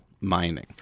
mining